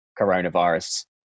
coronavirus